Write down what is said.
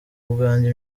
bwanjye